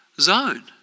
zone